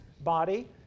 body